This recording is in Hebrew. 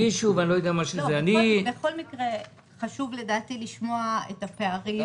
בכל מקרה חשוב לשמוע את הפערים,